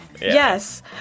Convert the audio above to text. Yes